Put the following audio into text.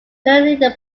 internally